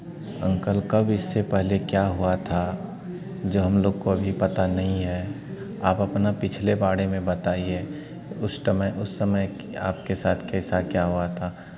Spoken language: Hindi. अंकल कब इससे पहले क्या हुआ था जो हम लोग को अभी पता नहीं है आप अपना पिछले बारे में बताइए उस टमय उस समय कि आपके साथ कैसा क्या हुआ था